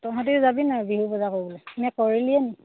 তহঁতিও যাবি নাই বিহু বজাৰ কৰিবলে নে কৰিলিয়ে